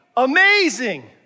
amazing